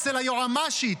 אצל היועמ"שית,